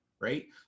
right